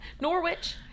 Norwich